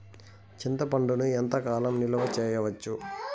చింతపండును ఎంత కాలం నిలువ చేయవచ్చు?